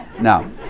no